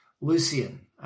Lucian